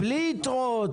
בלי עודפים,